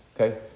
okay